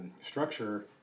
Structure